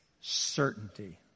certainty